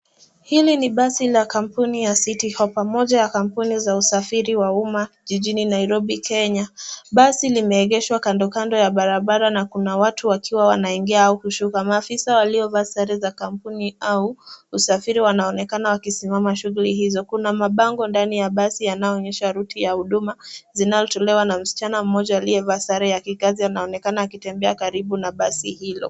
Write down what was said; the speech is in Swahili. Hili ni basi la kampuni ya city hoppa . Moja ya kampuni za usafiri wa umma jijini Nairobi Kenya. Basi limeegeshwakando kando ya barabara na kuna watu wakiwa wanaingia au kushuka. Maafisa waliovaa sare za kampuni au usafiri wanaonekana wakisimama shughuli hizo. Kuna mabango ndani ya basi yanayoonyesha ruti ya huduma zinaotolewa na msichana aliye vaa sare ya kikazi anaonekana akitembea karibu na basi hilo.